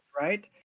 Right